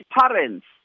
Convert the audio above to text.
parents